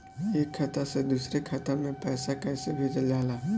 एक खाता से दुसरे खाता मे पैसा कैसे भेजल जाला?